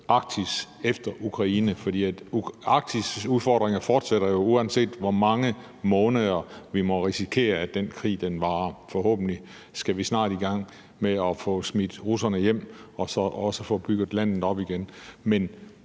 Arktis efter Ukraine? Arktis' udfordringer fortsætter jo, uanset hvor mange måneder vi må risikere at den krig varer. Forhåbentlig skal vi snart i gang med at få smidt russerne hjem og så også få bygget landet op igen.